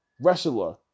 wrestler